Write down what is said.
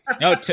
no